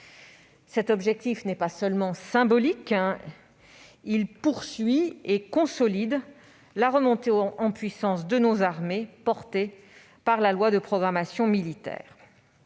Cet objectif n'est pas seulement symbolique. Il poursuit et consolide la remontée en puissance de nos armées, engagée par la loi de programmation militaire.